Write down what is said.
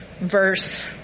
verse